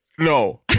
No